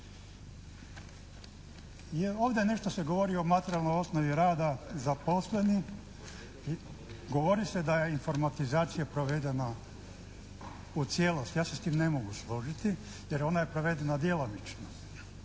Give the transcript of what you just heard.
Ovdje nešto se govori o materijalnoj osnovi rada zaposlenih, govori se da je informatizacija provedena u cijelosti. Ja se s time ne mogu složiti jer ona je provedena djelomično.